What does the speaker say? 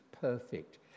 perfect